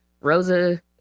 Rosa